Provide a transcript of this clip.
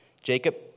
Jacob